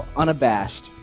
unabashed